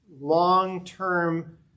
long-term